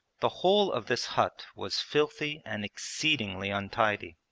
the whole of this hut was filthy and exceedingly untidy.